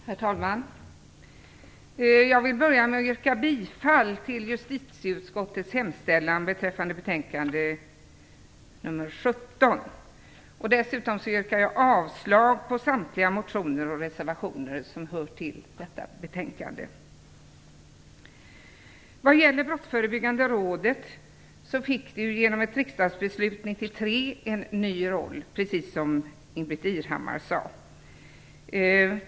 Herr talman! Jag vill börja med att yrka bifall till justitieutskottets hemställan i betänkande nr 17. Dessutom yrkar jag avslag på samtliga motioner och reservationer som behandlas i detta betänkande. Brottsförebyggande rådet fick genom ett riksdagsbeslut 1993 en ny roll, precis som Ingbritt Irhammar sade.